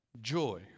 Joy